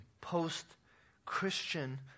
post-Christian